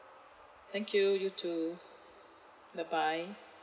thank you you too bye bye